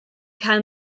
cael